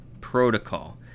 protocol